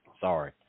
Sorry